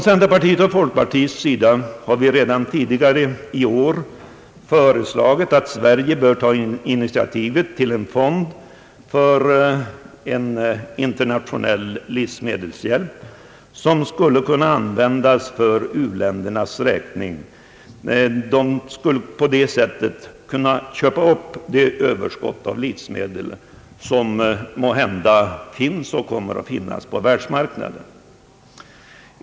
Centerpartiet och folkpartiet har redan tidigare i år föreslagit att Sverige bör ta initiativ till en fond för multilateral livsmedelshjälp, vilken skulle kunna användas för att för u-ländernas räkning på världsmarknaden göra uppköp ur Ööverskottsproduktionen av livsmedel.